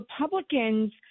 Republicans